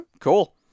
Cool